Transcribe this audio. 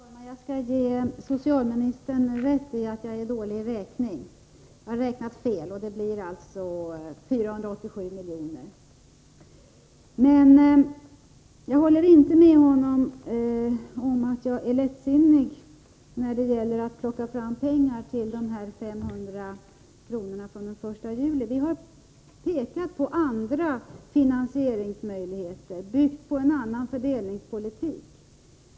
Fru talman! Jag skall ge socialministern rätt i att jag är dålig i räkning. Jag har räknat fel — det blir alltså 487 miljoner. Men jag håller inte med socialministern om att jag skulle vara lättsinning när det gäller att plocka fram medel för dessa 500 kr. som skulle betalas ut från den 1 juli. Vi har pekat på andra finansieringsmöjligheter, byggda på en annan fördelningspolitik.